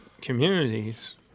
communities